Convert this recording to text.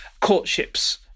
courtships